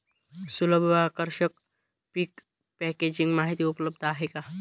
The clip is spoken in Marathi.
सुलभ व आकर्षक पीक पॅकेजिंग माहिती उपलब्ध आहे का?